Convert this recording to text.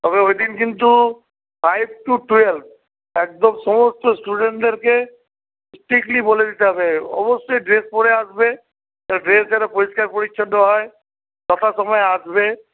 তবে ওই দিন কিন্তু ফাইভ টু টুয়েলভ একদম সমস্ত স্টুডেন্টদেরকে স্ট্রিক্টলি বলে দিতে হবে অবশ্যই ড্রেস পরে আসবে আর ড্রেস যেন পরিষ্কার পরিচ্চন্ন হয় ছটার সময় আসবে